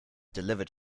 delivered